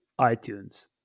iTunes